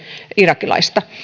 irakilaista